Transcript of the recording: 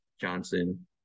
Johnson